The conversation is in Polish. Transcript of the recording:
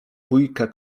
bójka